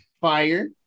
Fire